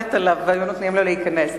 קורנת עליו והיו נותנים לו להיכנס.